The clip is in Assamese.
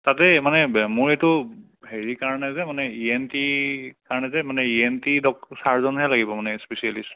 তাতে মানে মোৰ এইটো হেৰিৰ কাৰণে যে মানে ই এন টিৰ কাৰণে যে মানে ই এন টি ডক চাৰ্জনহে লাগিব মানে স্পেচিয়েলিষ্ট